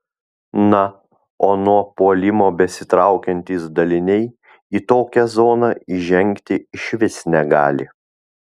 na o nuo puolimo besitraukiantys daliniai į tokią zoną įžengti išvis negali